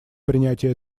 принятие